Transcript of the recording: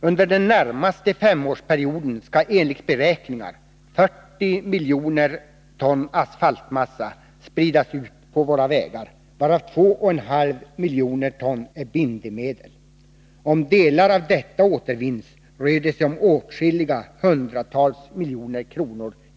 Under den närmaste femårsperioden ska enligt beräkningar 40 miljoner ton asfaltmassa spridas på våra vägar, varav 2,5 miljoner ton är bindemedel. Om delar av detta återvinns rör det sig om åtskilliga hundratals miljoner kr.